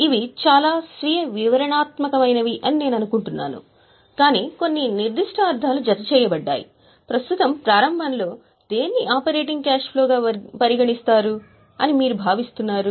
ఇవి చాలా స్వీయ వివరణాత్మకమైనవి అని నేను అనుకుంటున్నాను కాని కొన్ని నిర్దిష్ట అర్ధాలు జతచేయబడ్డాయి ప్రస్తుతం ప్రారంభంలో దేన్ని ఆపరేటింగ్ క్యాష్ ఫ్లో గా పరిగణిస్తారు అని మీరు భావిస్తున్నారు